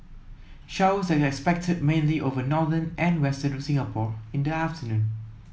showers are expected mainly over northern and western Singapore in the afternoon